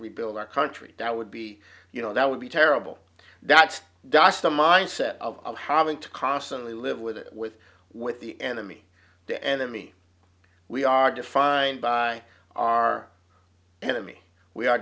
rebuild our country that would be you know that would be terrible that's just the mindset of having to constantly live with it with with the enemy the enemy we are defined by our enemy we are